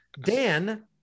Dan